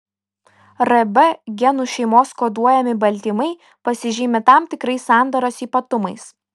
rb genų šeimos koduojami baltymai pasižymi tam tikrais sandaros ypatumais